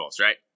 right